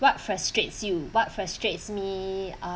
what frustrates you what frustrates me uh